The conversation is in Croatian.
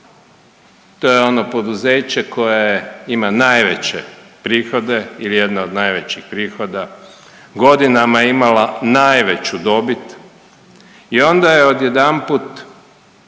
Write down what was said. to je ono poduzeće koje ima najveće prihode ili jedne od najvećih prihoda, godinama je imala najveću dobit i onda je odjedanput